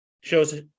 shows